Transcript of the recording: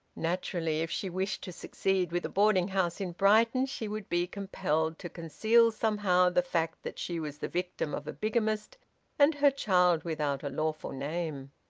naturally, if she wished to succeed with a boarding-house in brighton she would be compelled to conceal somehow the fact that she was the victim of a bigamist and her child without a lawful name!